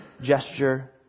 gesture